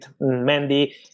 Mandy